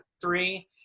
three